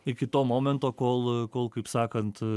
iki to momento kol kol kaip sakant